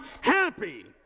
happy